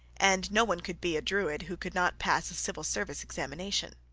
and no one could be a druid who could not pass a civil service examination.